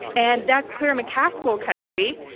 and that's claire mccaskill country,